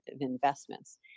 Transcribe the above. investments